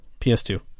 PS2